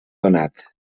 donat